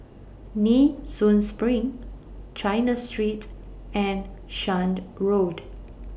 Nee Soon SPRING China Street and Shan Road